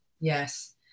Yes